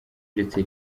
uretse